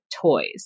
toys